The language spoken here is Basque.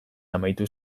amaitu